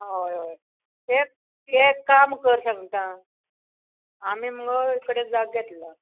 हय हय एक एक काम कर सांगता आमी मुगो एक कडेन जागो घेतला